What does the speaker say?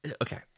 Okay